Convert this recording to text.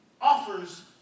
offers